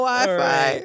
Wi-Fi